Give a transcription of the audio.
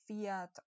Fiat